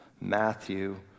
Matthew